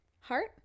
Heart